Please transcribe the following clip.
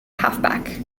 halfback